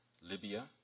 Libya